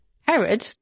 Herod